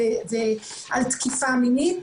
ותלונות על תקיפה מינית.